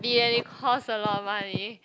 ya it cost a lot of money